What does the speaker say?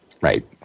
Right